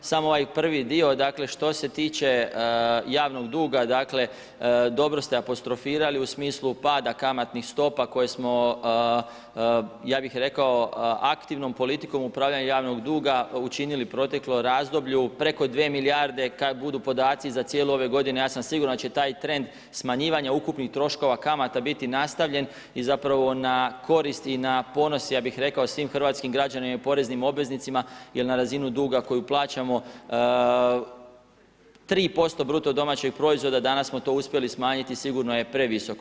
Samo ovaj prvi dio, dakle, što se tiče javnog duga, dakle, dobro ste apostrofirali u smislu pada kamatnih stopa, koje smo ja bih rekao, aktivnom politikom upravljanja javnog duga učinili u proteklom razdoblju, preko 2 milijarde, kada budu podaci za cijelu ovu godinu, ja sam siguran da će taj trend smanjivanja ukupnih troškova kamata biti nastavljen i zapravo i na korist i na ponos, ja bih rekao, svim hrvatskim građanima i poreznim obveznicima, jer na razinu duga koju plaćamo, 3% BDP danas smo to uspjeli smanjiti sigurno je previsoko.